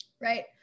Right